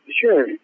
Sure